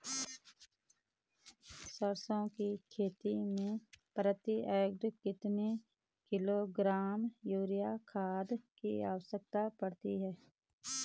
सरसों की खेती में प्रति एकड़ कितने किलोग्राम यूरिया खाद की आवश्यकता पड़ती है?